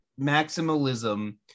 maximalism